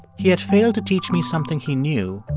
he had failed to teach me something he knew,